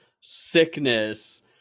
sickness